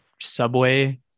Subway